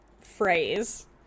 phrase